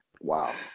Wow